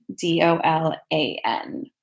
d-o-l-a-n